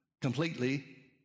completely